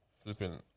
Flipping